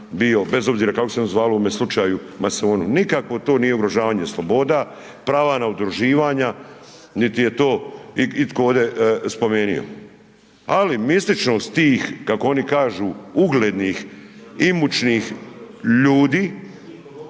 bez obzira kako se ono zvalo u ovome slučaju, masoni. Nikakvo to nije ugrožavanje sloboda, pravo na udruživanja niti je to itko ovdje spomenuo ali mističnost tih kako oni kažu, uglednih, imućnih ljudi,